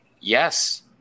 Yes